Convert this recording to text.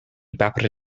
bapur